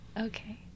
Okay